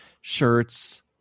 shirts